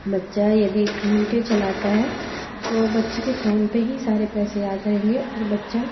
बच्चा यदि फोन पे चलाता है तो वो बच्चे की फ़ोन पे ही सारे पैसे आ जाएंगे और बच्चा